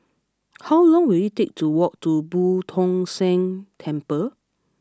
how long will it take to walk to Boo Tong San Temple